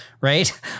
right